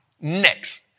next